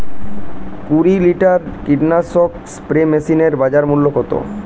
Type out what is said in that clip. কুরি লিটারের কীটনাশক স্প্রে মেশিনের বাজার মূল্য কতো?